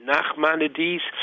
Nachmanides